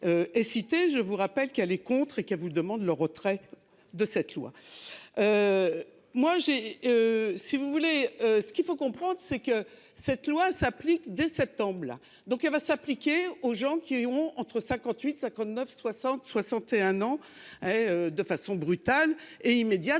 Je vous rappelle qu'elle est contre et qu'vous demande le retrait de cette loi. Moi j'ai. Si vous voulez ce qu'il faut comprendre c'est que cette loi s'applique dès septembre là donc elle va s'appliquer aux gens qui ont entre 58 59 60. 61 ans et de façon brutale et immédiate.